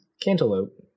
cantaloupe